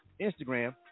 Instagram